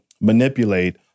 manipulate